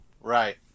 right